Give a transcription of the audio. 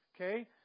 Okay